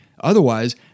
otherwise